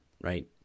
right